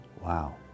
Wow